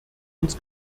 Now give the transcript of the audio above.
uns